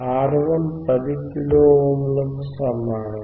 R1 10 kilo ohm లకు సమానం